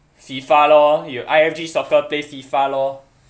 FIFA lor your I_F_G soccer play FIFA lor